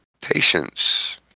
patience